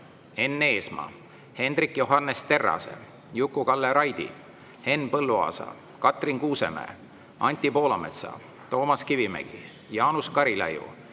Enn Eesmaa, Hendrik Johannes Terrase, Juku-Kalle Raidi, Henn Põlluaasa, Katrin Kuusemäe, Anti Poolametsa, Toomas Kivimägi, Jaanus Karilaiu,